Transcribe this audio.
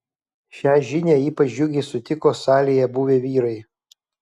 šią žinią ypač džiugiai sutiko salėje buvę vyrai